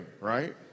right